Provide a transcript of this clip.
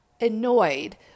annoyed